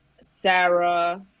Sarah